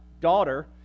daughter